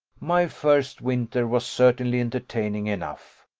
my first winter was certainly entertaining enough.